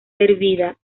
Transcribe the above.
servida